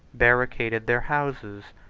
barricadoed their houses,